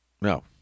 No